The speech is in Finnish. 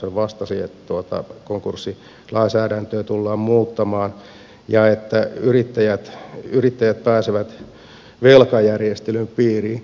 hän vastasi että konkurssilainsäädäntöä tullaan muuttamaan ja että yrittäjät pääsevät velkajärjestelyn piiriin